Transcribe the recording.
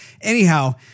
Anyhow